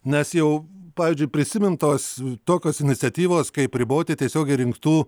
nes jau pavyzdžiui prisimintos tokios iniciatyvos kaip riboti tiesiogiai rinktų